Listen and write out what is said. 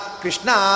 Krishna